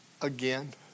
again